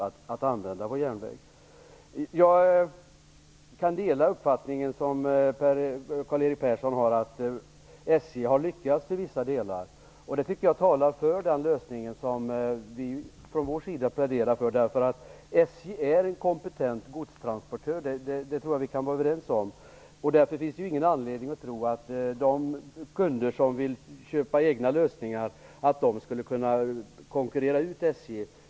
Jag kan dela den uppfattning som Karl-Erik Person har, att SJ har lyckats i vissa delar. Det talar för den lösning som vi pläderar för. SJ är en kompetent godstransportör, det tror jag att vi kan vara överens om. Därför finns det ingen anledning att tro att de kunder som vill köpa egna lösningar skulle kunna konkurrera ut SJ.